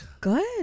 Good